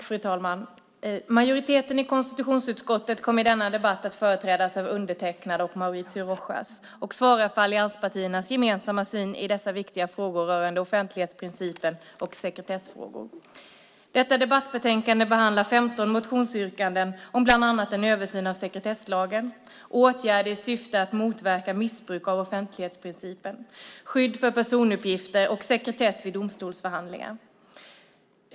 Fru talman! Majoriteten i konstitutionsutskottet kommer i denna debatt att företrädas av undertecknad och Mauricio Rojas och svara för allianspartiernas gemensamma syn i dessa viktiga frågor rörande offentlighetsprincipen och sekretessfrågor. I detta betänkande behandlas 15 motionsyrkanden om bland annat en översyn av sekretesslagen, åtgärder i syfte att motverka missbruk av offentlighetsprincipen, skydd av personuppgifter och sekretess vid domstolsförhandlingar.